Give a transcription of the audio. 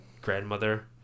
grandmother